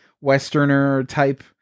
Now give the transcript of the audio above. westerner-type